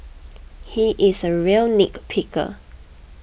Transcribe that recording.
he is a real nitpicker